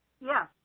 Yes